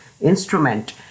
instrument